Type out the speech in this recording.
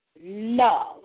love